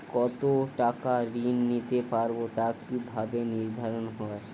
কতো টাকা ঋণ নিতে পারবো তা কি ভাবে নির্ধারণ হয়?